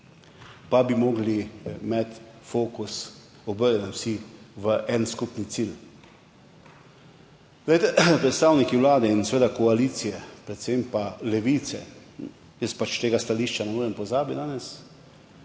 pa bi morali imeti vsi fokus obrnjen v en skupni cilj. Predstavniki Vlade in seveda koalicije, predvsem pa Levice, jaz pač tega stališča ne morem pozabiti danes,